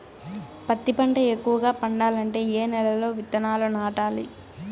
పత్తి పంట ఎక్కువగా పండాలంటే ఏ నెల లో విత్తనాలు నాటాలి?